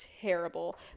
terrible